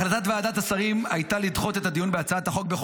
החלטת ועדת השרים הייתה לדחות בחודשיים את הדיון בהצעת החוק.